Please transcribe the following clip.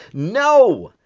no.